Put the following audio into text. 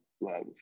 Love